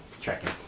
Tracking